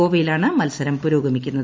ഗോവയിലാണ് മത്സരം പുരോഗമിക്കുന്നത്